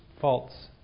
false